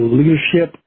leadership